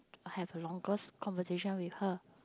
I have a longest conversation with her